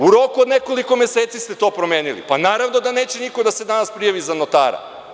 U roku od nekoliko meseci ste to promenili, pa naravno da neće niko da se danas prijavi za notara.